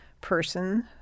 person